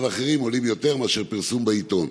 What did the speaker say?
ואחרים עולים יותר מאשר פרסום בעיתון,